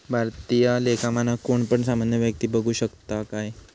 भारतीय लेखा मानक कोण पण सामान्य व्यक्ती बघु शकता काय?